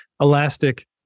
elastic